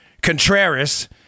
Contreras